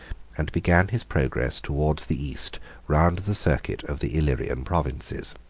and began his progress towards the east round the circuit of the illyrian provinces.